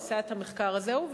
עשה את המחקר הזה ההוא,